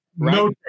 No